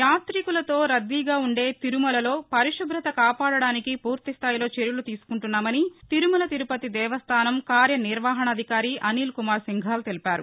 యాతికులతో రద్దీగా ఉండే తిరుమలలో పరిశుభ్రత కాపాడడానికి పూర్తి స్థాయిలో చర్యలు తీసుకుంటున్నామని తిరుమల తిరుపతి దేవస్థానం కార్యనిర్వహణాధికారి అనిల్ కుమార్ సింఘాల్ తెలిపారు